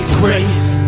grace